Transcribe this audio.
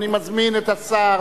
אני מזמין את השר